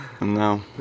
No